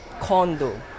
condo